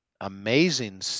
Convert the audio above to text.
amazing